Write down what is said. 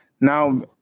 Now